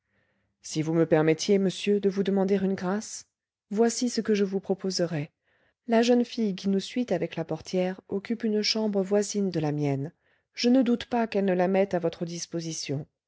si vous me permettiez monsieur de vous demander une grâce voici ce que je vous proposerais la jeune fille qui nous suit avec la portière occupe une chambre voisine de la mienne je ne doute pas qu'elle ne la mette à votre disposition